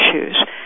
issues